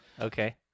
Okay